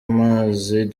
amazi